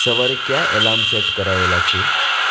સવારે કયા alarm set કરાયેલા છે